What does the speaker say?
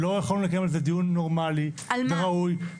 שלא יכולנו לקיים על זה דיון נורמלי וראוי,